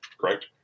correct